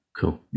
cool